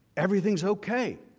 everything is okay.